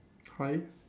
high